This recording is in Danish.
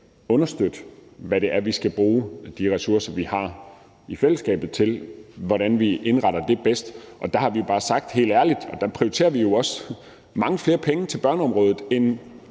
understøtte, hvad det er, vi skal bruge de ressourcer, vi har i fællesskabet, til, hvordan vi indretter det bedst, og det har vi jo bare sagt helt ærligt. Og der prioriterer vi jo også mange flere penge til børneområdet, end